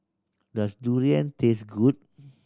does durian taste good